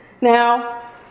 Now